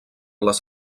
les